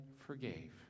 forgave